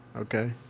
okay